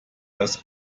das